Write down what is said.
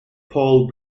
paul